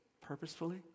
purposefully